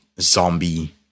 zombie